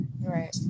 Right